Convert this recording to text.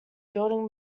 building